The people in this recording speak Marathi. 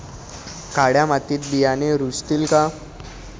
काळ्या मातीत बियाणे रुजतील का?